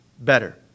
better